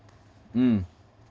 mm